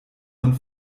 man